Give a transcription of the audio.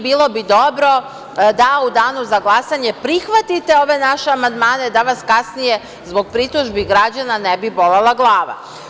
Bilo bi dobro da u danu za glasanje prihvatite ove naše amandmane da vas kasnije zbog pritužbi građana ne bi bolela glava.